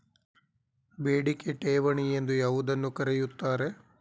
ಬೇಡಿಕೆ ಠೇವಣಿ ಎಂದು ಯಾವುದನ್ನು ಕರೆಯುತ್ತಾರೆ?